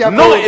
no